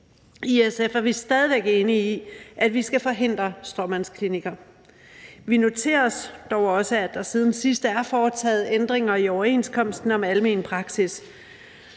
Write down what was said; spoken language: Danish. I SF er vi stadig væk enige i, at vi skal forhindre stråmandsklinikker. Vi noterer os dog også, at der siden sidst er foretaget ændringer i overenskomsten om almen praksis